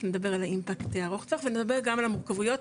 נדבר על האימפקט הארוך תווך ונדבר גם על המורכבויות,